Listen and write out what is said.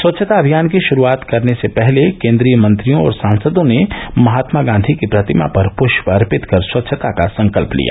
स्वच्छता अभियान की श्रुआत करने से पहले केंद्रीय मंत्रियों और सांसदों ने महात्मा गांधी की प्रतिमा पर पुष्प अर्पित कर स्वच्छता का संकल्प लिया